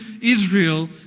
Israel